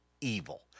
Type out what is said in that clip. evil